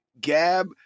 Gab